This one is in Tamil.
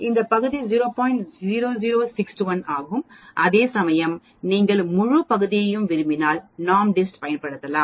00621 ஆகும் அதேசமயம் நீங்கள் முழு பகுதியையும் விரும்பினால் NORMSDIST பயன்படுத்தலாம்